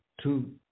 two